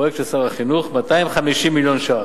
פרויקט של שר החינוך: 250 מיליון ש"ח.